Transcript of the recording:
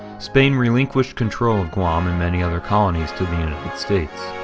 spain relinquished control of guam and many other colonies to the united states.